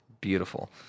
Beautiful